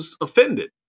offended